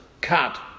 cut